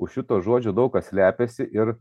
už šito žodžio daug kas slepiasi ir